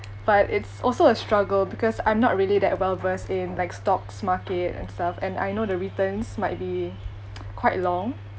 but it's also a struggle because I'm not really that well versed in like stocks market and stuff and I know the returns might be quite long